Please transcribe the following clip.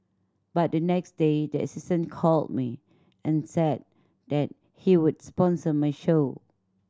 but the next day the assistant called me and said that he would sponsor my show